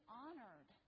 honored